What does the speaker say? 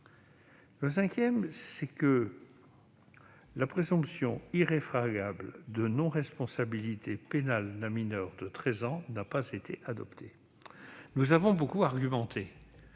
connaissez par coeur : la présomption irréfragable de non-responsabilité pénale d'un mineur de 13 ans, laquelle n'a pas été adoptée. Nous avons beaucoup argumenté